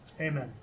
Amen